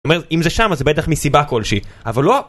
זאת אומרת, אם זה שם אז זה בטח מסיבה כלשהי, אבל לא